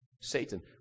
Satan